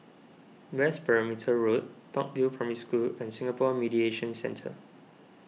West Perimeter Road Park View Primary School and Singapore Mediation Centre